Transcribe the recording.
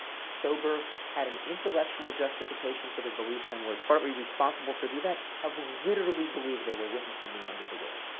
sober, had an intellectual justification for their belief and were partly responsible for the event have literally believed they were witnessing the end of the world?